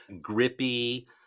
grippy